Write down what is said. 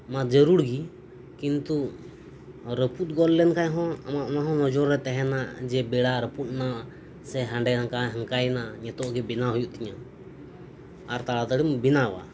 ᱠᱚ ᱢᱟ ᱡᱟᱨᱩᱲ ᱜᱮ ᱠᱤᱱᱛᱩ ᱨᱟᱹᱯᱩᱫ ᱜᱚᱫ ᱞᱮᱱ ᱠᱷᱟᱱ ᱦᱚᱸ ᱚᱱᱟ ᱦᱚᱸ ᱱᱚᱡᱚᱨ ᱨᱮ ᱛᱟᱦᱮᱱᱟ ᱡᱮ ᱵᱮᱲᱟ ᱨᱟᱯᱩᱫᱽ ᱮᱱᱟ ᱥᱮ ᱦᱟᱸᱰᱮ ᱱᱟᱝᱠᱟ ᱦᱟᱝᱠᱟᱭᱮᱱᱟ ᱱᱤᱛᱚᱜ ᱜᱮ ᱵᱮᱱᱟᱣ ᱦᱩᱭᱩᱜ ᱛᱤᱧᱟᱹ ᱟᱨ ᱛᱟᱲᱟᱛᱟᱲᱤᱢ ᱵᱮᱱᱟᱣᱟ